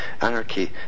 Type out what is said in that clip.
anarchy